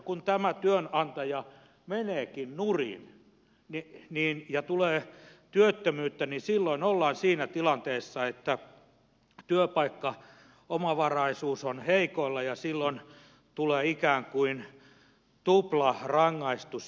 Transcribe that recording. kun tämä työnantaja meneekin nurin ja tulee työttömyyttä niin silloin ollaan siinä tilanteessa että työpaikkaomavaraisuus on heikoilla ja silloin tulee ikään kuin tuplarangaistusjärjestelmä